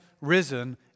risen